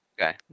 okay